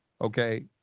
okay